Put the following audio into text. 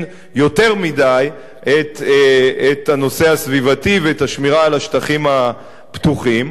יותר מדי את הנושא הסביבתי ואת השמירה על השטחים הפתוחים.